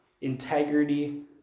integrity